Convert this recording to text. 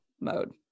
mode